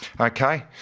Okay